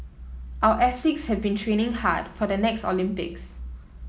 our athletes have been training hard for the next Olympics